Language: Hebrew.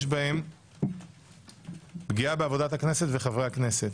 יש בהם פגיעה בעבודת הכנסת ובחברי הכנסת.